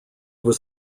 was